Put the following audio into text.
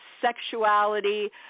sexuality